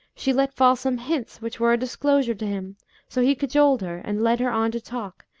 she let fall some hints, which were a disclosure to him so he cajoled her and led her on to talk,